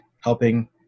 helping